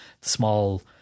small